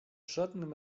żadnym